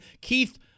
Keith